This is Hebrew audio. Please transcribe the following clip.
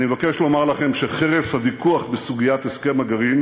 אני מבקש לומר לכם שחרף הוויכוח בסוגיית הסכם הגרעין